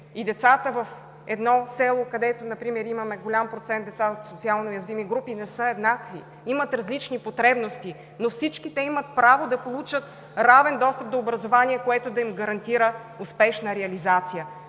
и децата в едно село, където например имаме голям процент деца от социално уязвими групи, не са еднакви, имат различни потребности. Но всички те имат право да получат равен достъп до образование, което да им гарантира успешна реализация.